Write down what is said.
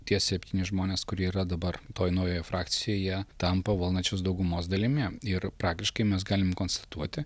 tie septyni žmonės kurie yra dabar toje naujoje frakcijoje tampa valdančios daugumos dalimi ir praktiškai mes galime konstatuoti